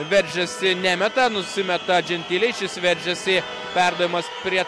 veržiasi nemeta nusimeta džentilei šis veržiasi perdavimas prie